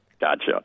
Gotcha